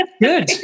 Good